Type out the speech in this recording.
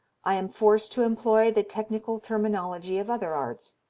i am forced to employ the technical terminology of other arts,